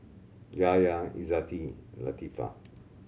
Yahya Izzati Latifa